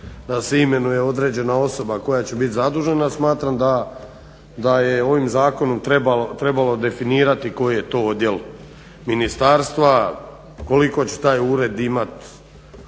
da se imenuje određena osoba koja će biti zadužena, smatram da je ovim zakonom trebalo definirati koji je to odjel ministarstva koliko će taj ured imati